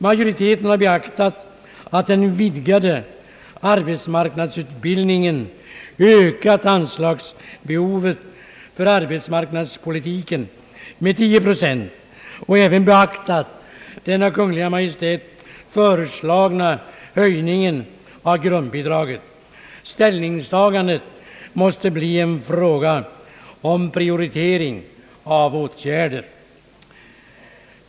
Majoriteten har beaktat det av den vidgade arbetsmarknadsutbildningen ökade ansvarsbehovet för arbetsmarknadspolitiken med 10 procent och även beaktat den av Kungl. Maj:t föreslagna höjningen av grundbidraget. Ställningstagandet måste bli en fråga om prioritering av åtgärder.